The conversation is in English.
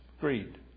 greed